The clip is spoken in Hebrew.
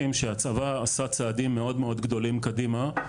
שהצבא עשה צעדים מאוד מאוד גדולים קדימה,